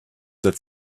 that